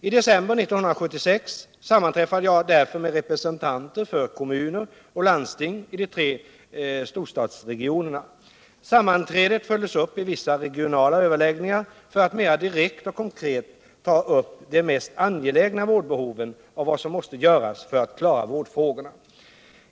I december 1976 sammanträffade jag därför med representanter för kommuner och landsting i de tre storstadsregionerna. Sammanträdet följdes upp i vissa regionala överläggningar för att mer direkt och konkret ta upp de mest angelägna vårdbehoven och vad som måste göras för att klara vårdfrågorna.